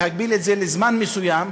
להגביל את זה לזמן מסוים,